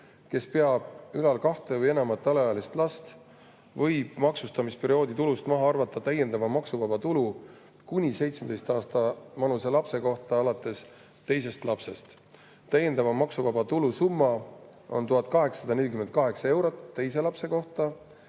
kes peab ülal kahte või enamat alaealist last, võib maksustamisperioodi tulust maha arvata täiendava maksuvaba tulu kuni 17 aasta vanuse lapse kohta alates teisest lapsest. Täiendava maksuvaba tulu summa on 1848 eurot teise lapse kohta